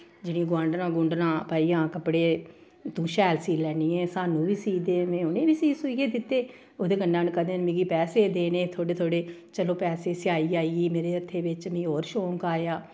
जेह्ड़ी गोआंढनां गूंढना भाई आं कपड़े तूं शैल सीऽ लैन्नी ऐ सानूं बी सीऽ दे में उ'नें ई बी सीऽ सुइयै दित्ते ओह्दे कन्नै उ'नें कदें मिगी पैसे देने थोह्ड़े थोह्ड़े चलो पैसे सेआई आई गेई मेरे ह'त्थे बिच में होर शौंक आया